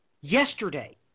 yesterday